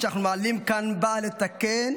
נעמה לזימי,